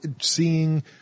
seeing